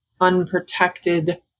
unprotected